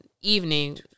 evening